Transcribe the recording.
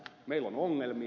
meillä on ongelmia